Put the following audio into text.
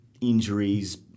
injuries